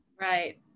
Right